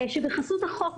שבחסות החוק,